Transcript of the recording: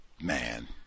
man